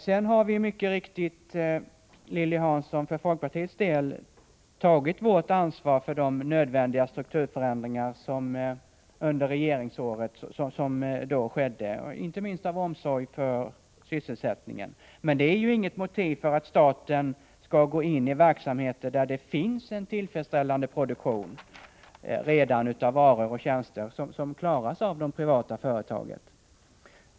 Vi för folkpartiets del tog mycket riktigt, Lilly Hansson, vårt ansvar för de nödvändiga strukturförändringar som skedde under folkpartiets regeringsår, inte minst av omsorg om sysselsättningen. Men det är inget motiv för att staten skall gå in i verksamheter där produktionen av varor och tjänster redan är tillfredsställande och klaras av de privata företagen.